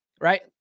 right